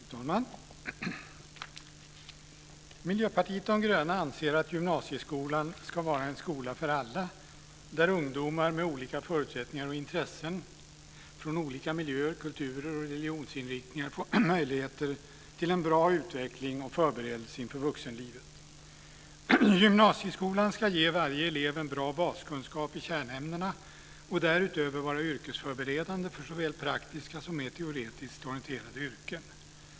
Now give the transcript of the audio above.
Fru talman! Miljöpartiet de gröna anser att gymnasieskolan ska vara en skola för alla där ungdomar med olika förutsättningar och intressen från olika miljöer, kulturer och religionsinriktningar får möjligheter till en bra utveckling och förberedelse inför vuxenlivet. Gymnasieskolan ska ge varje elev en bra baskunskap i kärnämnena och därutöver vara yrkesförberedande för såväl praktiska som mer teoretiskt orienterade yrken.